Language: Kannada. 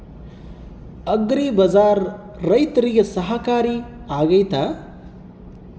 ಅಗ್ರಿ ಬಜಾರ್ ರೈತರಿಗೆ ಸಹಕಾರಿ ಆಗ್ತೈತಾ?